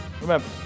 Remember